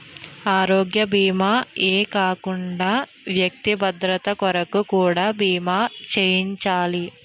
ఆరోగ్య భీమా ఏ కాకుండా వ్యక్తి భద్రత కొరకు కూడా బీమా చేయించాలి